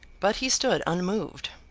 but he stood unmoved.